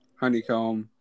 honeycomb